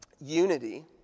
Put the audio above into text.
Unity